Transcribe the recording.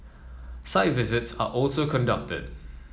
site visits are also conducted